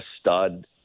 stud